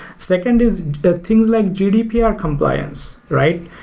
second is things like gdpr compliance, right?